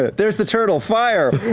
there's the turtle! fire